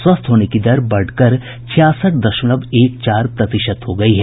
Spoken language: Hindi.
स्वस्थ होने की दर बढ़कर छियासठ दशमलव एक चार प्रतिशत हो गयी है